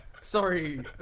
sorry